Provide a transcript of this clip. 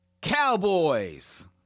Cowboys